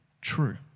true